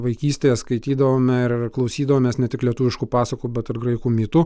vaikystėje skaitydavome ir klausydavomės ne tik lietuviškų pasakų bet ir graikų mitų